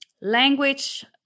language